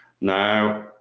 Now